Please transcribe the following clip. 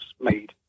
made